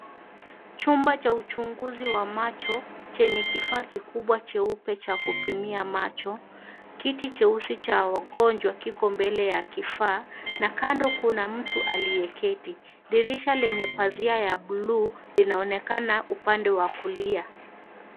Chumba cha uchunguzi wa macho, chenye kifaa kikubwa, cheupe cha kupimia macho. Kiti cheusi cha wagonjwa kiko mbele ya kifaa, na kando kuna mtu aliyeketi. Dirisha lenye pazia ya blue , linaonekana upande wa kulia.